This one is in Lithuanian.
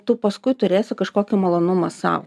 tu paskui turėsi kažkokį malonumą sau